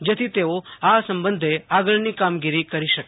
જેથી તેઓ આ સંબંધે આગળની કામગીરી કરી શકે